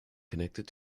connected